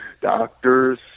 doctors